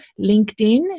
LinkedIn